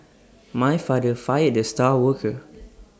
my father fired the star worker